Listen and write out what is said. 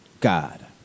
god